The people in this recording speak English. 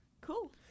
Cool